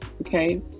okay